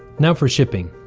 now for shipping.